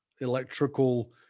electrical